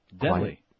Deadly